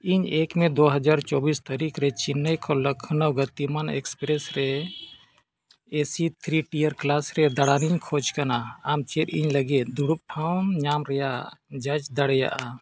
ᱤᱧ ᱮᱠ ᱢᱮ ᱫᱩ ᱦᱟᱡᱟᱨ ᱪᱚᱵᱵᱤᱥ ᱛᱟᱹᱨᱤᱠᱷ ᱨᱮ ᱪᱮᱱᱱᱟᱭ ᱠᱷᱚᱱ ᱞᱚᱠᱷᱱᱳ ᱜᱚᱛᱤᱢᱟᱱ ᱮᱠᱥᱯᱨᱮᱥ ᱨᱮ A C three tier class ᱨᱮ ᱫᱟᱬᱟᱱᱤᱧ ᱠᱷᱚᱡᱽ ᱠᱟᱱᱟ ᱟᱢ ᱪᱮᱫ ᱤᱧ ᱞᱟᱹᱜᱤᱫ ᱫᱩᱲᱩᱵ ᱴᱷᱟᱶ ᱧᱟᱢ ᱨᱮᱱᱟᱜ ᱡᱟᱪ ᱫᱟᱲᱮᱭᱟᱜᱼᱟ